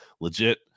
legit